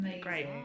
great